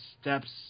steps